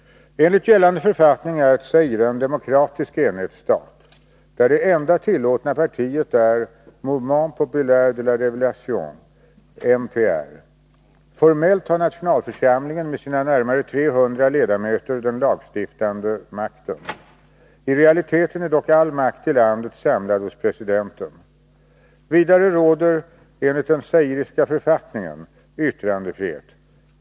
Enligt gällande författning är Zaire en demokratisk enhetsstat där det enda tillåtna partiet är Mouvement Populaire de la Révolution . Formellt har nationalförsamlingen med sina närmare 300 ledamöter den lagstiftande makten. I realiteten är dock all makt i landet samlad hos presidenten. Vidare råder enligt den zairiska författningen yttrandefrihet.